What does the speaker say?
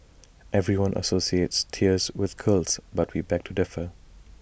everyone associates tears with girls but we beg to differ